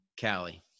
Callie